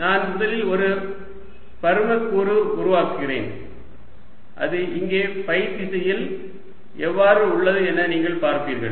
நான் முதலில் ஒரு பருமக்கூறு உருவாக்குகிறேன் அது இங்கே ஃபை திசையில் எவ்வாறு உள்ளது என நீங்கள் பார்ப்பீர்கள்